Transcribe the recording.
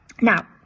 Now